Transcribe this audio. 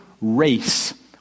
Race